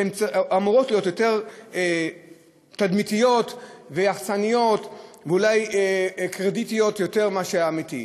שאמורות להיות יותר תדמיתיות ויחצניות ואולי עם קרדיט יותר מהאמיתי.